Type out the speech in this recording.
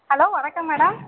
hello வணக்கம் madam